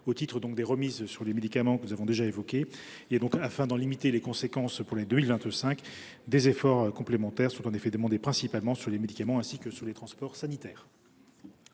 au titre des remises sur les médicaments que nous avons déjà évoquées. Afin d’en limiter les conséquences pour l’année 2025, des efforts complémentaires sont demandés, principalement sur les médicaments, ainsi que sur les transports sanitaires.